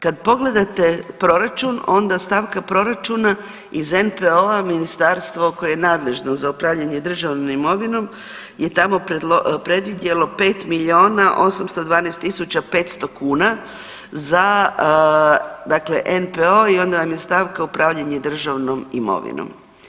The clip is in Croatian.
Kad pogledate proračun onda stavka proračuna iz NPO-a ministarstvo koje je nadležno za upravljanje državnom imovinom je tamo predvidjelo 5 milijuna 812 tisuća 500 kuna za NPO i onda vam je stavka upravljanje državnom imovinom.